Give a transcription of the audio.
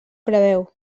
preveu